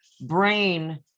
brain